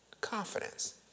confidence